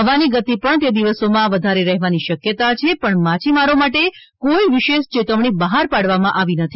હવાની ગતિ પણ તે દિવસોમાં વધારે રહેવાની શક્યતા છે પણ માછીમારો માટે કોઈ વિશેષ ચેતવણી બહાર પાડવામાં આવી નથી